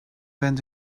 went